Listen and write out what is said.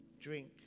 drink